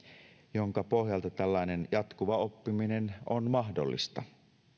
jonka pohjalta tällainen jatkuva oppiminen on mahdollista